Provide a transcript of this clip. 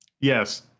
Yes